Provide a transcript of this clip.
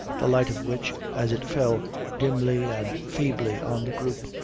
the light of which, as it fell dimly and feebly on the group,